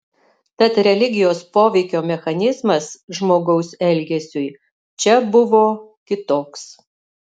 tad religijos poveikio mechanizmas žmogaus elgesiui čia buvo kitoks